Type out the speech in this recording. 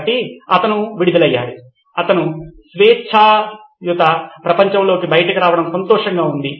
కాబట్టి అతను విడుదలయ్యాడు అతను స్వేచ్ఛా ప్రపంచంలో బయటకు రావడం సంతోషంగా ఉంది